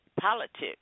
politics